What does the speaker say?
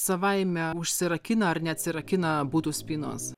savaime užsirakina ar neatsirakina butų spynos